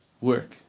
work